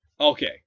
Okay